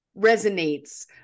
resonates